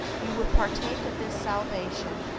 you would partake of this salvation,